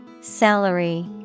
Salary